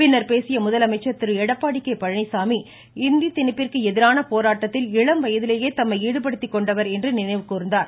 பின்னர் பேசிய முதலமைச்சர் திரு எடப்பாடி கே பழனிச்சாமி இந்தி தினிப்பிற்கு எதிரான போராட்டத்தில் இளம் வயதிலேயே தம்மை ஈடுபடுத்திக் கொண்டவர் என்று நினவை கூர்ந்தார்